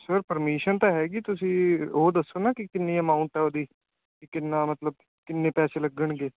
sir permission ਤਾਂ ਹੈਗੀ ਤੁਸੀਂ ਉਹ ਦੱਸੋ ਨਾ ਕਿ ਕਿੰਨੀ ਅਮਾਊਂਟ ਹੈ ਉਹਦੀ ਕਿੰਨਾ ਮਤਲਬ ਕਿੰਨੇ ਪੈਸੇ ਲੱਗਣਗੇ